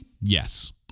Yes